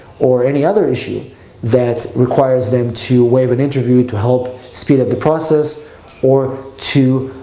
or any other issue that requires them to waive an interview to help speed up the process or to